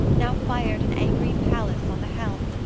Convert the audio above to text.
now fired an angry pallas on the helm,